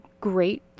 great